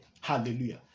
Hallelujah